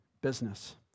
business